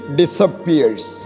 disappears